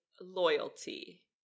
loyalty